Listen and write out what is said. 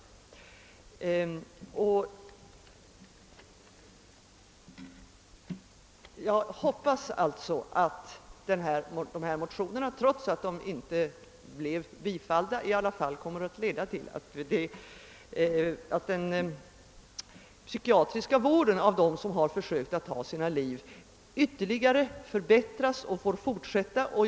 Jag hoppas alltså att de väckta motionerna, trots att de inte biträtts, kommer att leda till att den psykiatriska vården av dem som har försökt att ta sina liv får fortsätta och kommer att ytterligare förbättras.